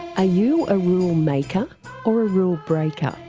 ah you a rule maker or a rule breaker,